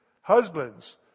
Husbands